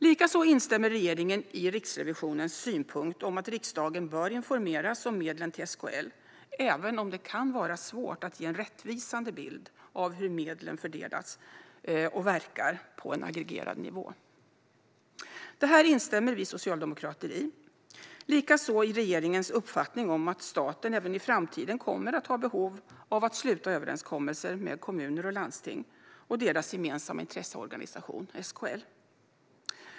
Likaså instämmer regeringen i Riksrevisionens synpunkt att riksdagen bör informeras om medlen till SKL även om det kan vara svårt att ge en rättvisande bild av hur medlen fördelats och verkar på en aggregerad nivå. Detta instämmer vi socialdemokrater i, liksom vi instämmer i regeringens uppfattning att staten även i framtiden kommer att ha behov av att sluta överenskommelser med kommuner och landsting och deras gemensamma intresseorganisation SKL.